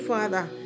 Father